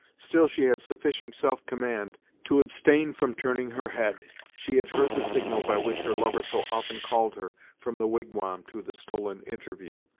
still she had sufficient self-command to abstain from turning her head. she had heard the signal by which her lover so often called her from the wigwam to the stolen interview,